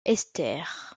esther